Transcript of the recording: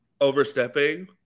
overstepping